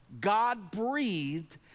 God-breathed